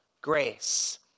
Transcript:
grace